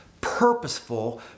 purposeful